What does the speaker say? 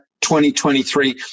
2023